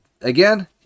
again